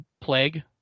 Plague